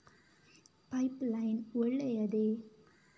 Pipe line ಒಳ್ಳೆಯದೇ?